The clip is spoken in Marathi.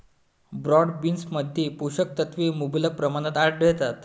ब्रॉड बीन्समध्ये पोषक तत्वे मुबलक प्रमाणात आढळतात